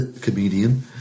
comedian